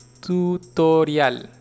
tutorial